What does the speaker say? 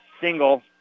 single